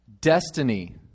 destiny